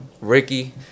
Ricky